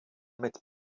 mit